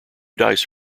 dice